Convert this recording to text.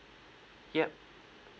yup